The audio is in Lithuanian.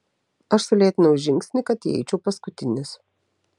aš sulėtinau žingsnį kad įeičiau paskutinis